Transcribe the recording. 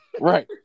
Right